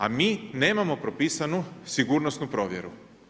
A mi nemamo propisanu sigurnosnu provjeru.